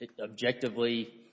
objectively –